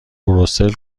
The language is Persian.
بروسل